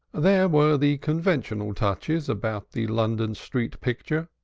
there were the conventional touches about the london street-picture,